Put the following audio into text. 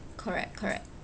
correct correct